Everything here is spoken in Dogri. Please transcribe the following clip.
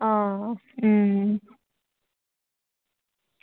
हां